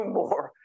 more